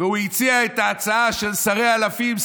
והוא הציע את ההצעה של שרי אלפים,